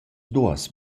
duos